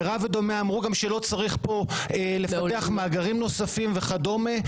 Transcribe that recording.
מרב ודומיה אמרו גם שלא צריך לפתח מאגרים נוספים וכדומה,